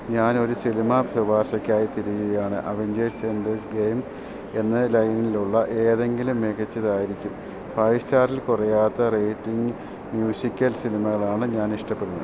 ഞാൻ ഒരു സിനിമ ശുപാർശക്കായി തിരയുകയാണ് അവഞ്ചേഴ്സ് എൻഡേഴ്സ് ഗെയിം എന്ന ലൈനിലുള്ള ഏതെങ്കിലും മികച്ചതായിരിക്കും ഫൈവ് സ്റ്റാറിൽ കുറയാത്ത റേറ്റിങ്ങ് മ്യൂസിക്കൽ സിനിമകളാണ് ഞാൻ ഇഷ്ടപ്പെടുന്നത്